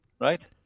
right